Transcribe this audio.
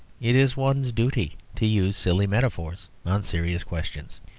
it is one's duty to use silly metaphors on serious questions.